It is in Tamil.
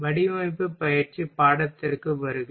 வடிவமைப்பு பயிற்சி பாடத்திற்கு வருக